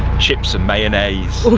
chips and mayonnaise. sort of